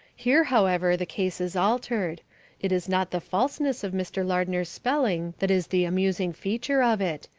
here, however, the case is altered it is not the falseness of mr. lardner's spelling that is the amusing feature of it,